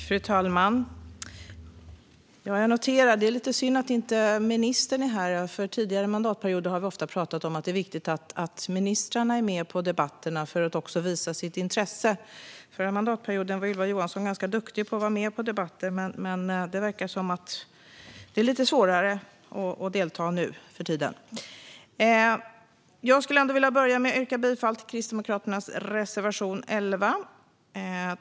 Fru talman! Det är lite synd att ministern inte är här. Tidigare mandatperioder har vi ofta talat om att det är viktigt att ministrarna är med vid debatterna för att visa sitt intresse. Förra mandatperioden var Ylva Johansson ganska duktig på att vara med vid debatterna, men det verkar som att det är lite svårare att delta nu för tiden. Jag skulle vilja börja med att yrka bifall till Kristdemokraternas reservation 11.